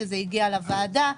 זה אירוע משמעותי.